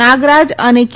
નાગરાજ અને કે